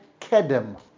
Kedem